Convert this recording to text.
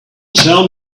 tell